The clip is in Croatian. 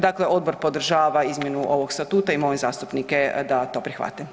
Dakle, odbor podržava izmjenu ovog statuta i molim zastupnike da to prihvate.